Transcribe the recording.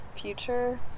future